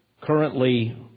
currently